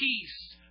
peace